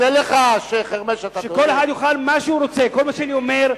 כל מה שאני אומר: